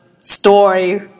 story